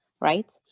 right